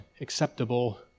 acceptable